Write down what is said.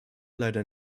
leider